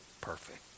perfect